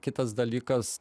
kitas dalykas